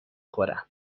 خورم